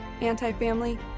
anti-family